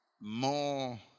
more